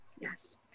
Yes